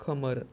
खोमोर